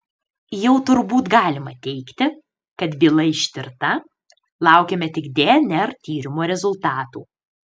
jau turbūt galima teigti kad byla ištirta laukiame tik dnr tyrimo rezultatų